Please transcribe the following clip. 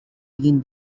egin